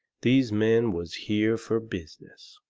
these men was here fur business.